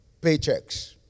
Paychecks